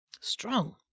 Strong